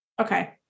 Okay